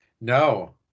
No